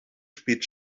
spielt